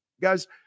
Guys